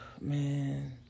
Man